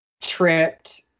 tripped